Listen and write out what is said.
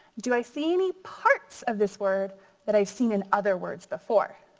do i see any parts of this word that i've seen in other words before?